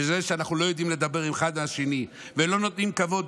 שאנחנו לא יודעים לדבר אחד עם השני ולא נותנים כבוד,